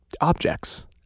objects